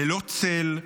ללא צל,